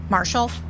Marshall